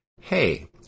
hey